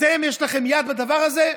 יש לכם יד בדבר הזה?